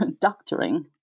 doctoring